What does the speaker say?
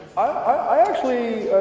ah i actually,